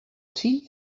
tea